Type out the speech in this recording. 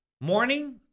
Morning